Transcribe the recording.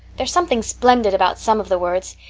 there's something splendid about some of the words.